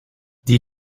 die